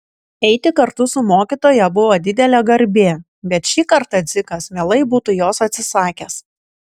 eiti kartu su mokytoja buvo didelė garbė bet šį kartą dzikas mielai būtų jos atsisakęs